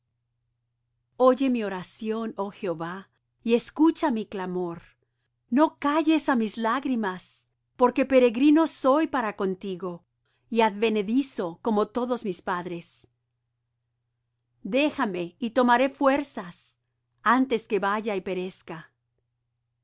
oye mi oración oh jehová y escucha mi clamor no calles á mis lágrimas porque peregrino soy para contigo y advenedizo como todos mis padres déjame y tomaré fuerzas antes que vaya y perezca